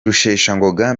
rusheshangoga